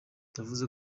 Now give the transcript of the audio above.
yavuze